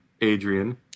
Adrian